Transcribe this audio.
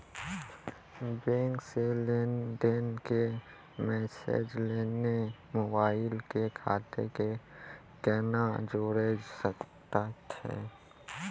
Bank से लेंन देंन के मैसेज लेली मोबाइल के खाता के केना जोड़े सकय छियै?